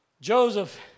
Joseph